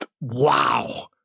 Wow